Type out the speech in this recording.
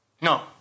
No